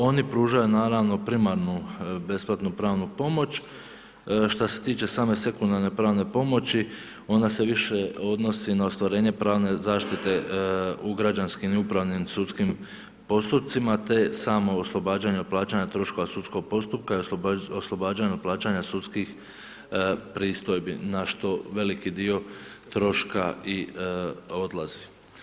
Oni pružaju naravno primarnu besplatnu pravnu pomoć, šta se tiče same sekundarne pravne pomoći ona se više odnosi na ostvarenje pravne zaštite u građanskim i upravnim sudskim postupcima te samo oslobađanje od plaćanja troškova sudskog postupka i oslobađanja od plaćanja sudskih pristojbi na što veliki dio troška i odlazi.